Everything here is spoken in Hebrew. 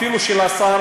אפילו של השר,